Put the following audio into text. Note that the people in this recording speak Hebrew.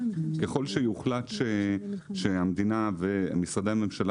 ככול שיוחלט שהמדינה ומשרדי הממשלה